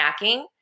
snacking